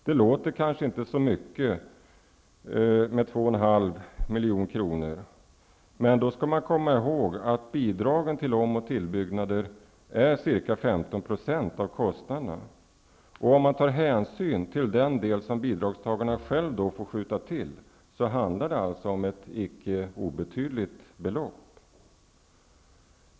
Det låter kanske inte så mycket, men man skall komma ihåg att bidragen till om och tillbyggnad är ca 15 % av kostnaderna. Om man tar hänsyn till den del som bidragstagarna själva får skjuta till, handlar det om ett icke obetydligt belopp.